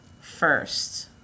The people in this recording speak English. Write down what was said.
first